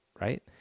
right